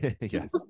Yes